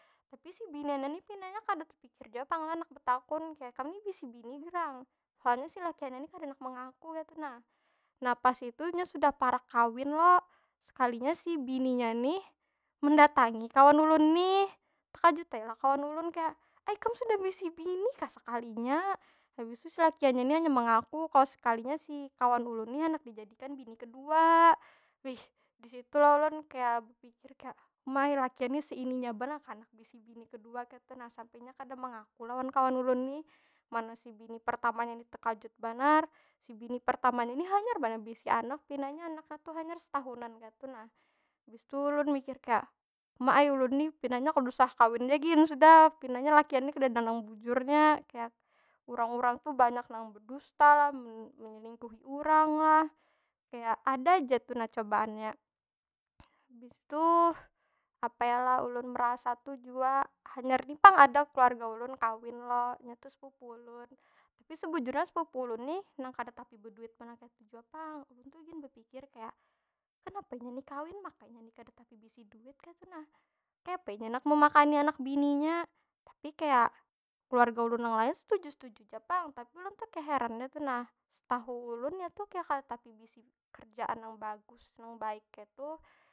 Tapi si biniannya ni pinanya kada tepikir jua pang lah handak betakun kaya, kam ni bisi bini gerang? Soalnya si lakiannya ni kada handak mengaku kaytu nah. Nah pas itu, inya sudah parak kawin lo, sekalinya si bininya nih mendatangi kawan ulun nih. Tekajut ai lo kawan ulun kaya, ai kam sudah bisi bini kah sekalinya? Habis tu si lakiannya ni hanyar mengaku kalau sekalinya si kawan ulun ni handak dijadikan bini kedua. Wih, di situ lo ulun kaya bepikir kaya, ma ai lakian ni seininya banar kah handak bisi bini kedua kaytu nah. Sampai inya kada mengaku lawan kawan ulun nih. Mana si bini pertamanya ni tekajut banar, si bini pertama ni nih hanyar banar beisi anak, pinanya anaknya tu hanyar setahunan kaytu nah. Habis tu ulun mikir kaya, ma ai ulun ni pinanya kada usah kawin ja gin sudah. Pinanya lakian ni kadada nang bujurnya. Kaya, urang- urang tu banyak nang bedusta lah, men- menyelingkuhi urang lah. Kaya, ada ja tu nah cobaannya. habis tu, apa yo lah? Ulun merasa tu jua hanyar ni pang ada keluarga ulun kawin lo, nya tu sepupu ulun. Tapi sebujurnya sepupu ulun ni nang kada tapi beduit banar kaytu jua pang. Ulun gin bepikir, kenapa inya ni kawin? Maka inya ni kada tapi beisi duit kaytu nah. Kayapa inya ni handak memakani anak bininya? Tapi kaya, keluarga ulun yang lain setuju- setuju ja pang. Tapi, ulun tu kaya heran ja kaytu nah. Setahu ulun inya tu kaya kada tapi bisi kerjaan nang bagus, nang baik kaytu.